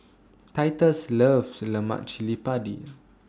Titus loves Lemak Cili Padi